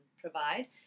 provide